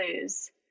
lose